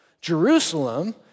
Jerusalem